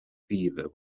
beaver